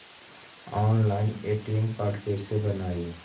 Online ATM card कैसे बनाई?